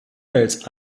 mails